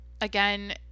Again